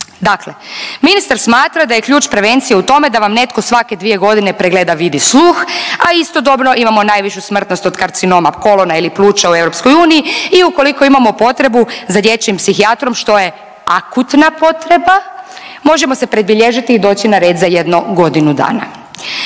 Dakle, ministar smatra da je ključ prevencije u tome da vam netko svake godine pregleda vid i sluh, a istodobno, imamo najvišu smrtnost od karcinoma kolona ili pluća u EU i ukoliko imamo potrebu za dječjim psihijatrom, što je akutna potreba, možemo se predbilježiti i doći na red za jedno godinu dana.